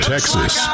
Texas